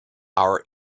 our